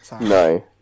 No